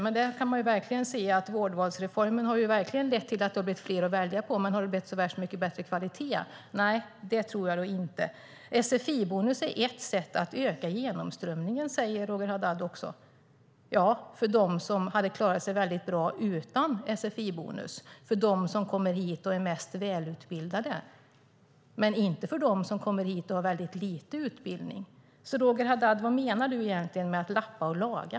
Men där kan man se att vårdvalsreformen har lett till fler att välja mellan. Men har det blivit så värst mycket bättre kvalitet? Nej, det tror jag inte. Sfi-bonus är ett sätt att öka genomströmningen, säger Roger Haddad. Ja, för dem som hade klarat sig bra utan sfi-bonus, för dem som har kommit hit och är mest välutbildade, men inte för dem som kommer hit och har lite utbildning. Vad menar Roger Haddad egentligen med att lappa och laga?